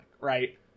right